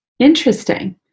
Interesting